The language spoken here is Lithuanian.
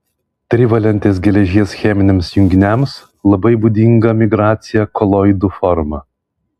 trivalentės geležies cheminiams junginiams labai būdinga migracija koloidų forma